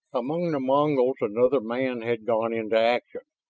among the mongols another man had gone into action,